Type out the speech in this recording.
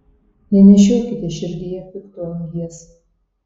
nenešiokite širdyje pikto angies